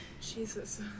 Jesus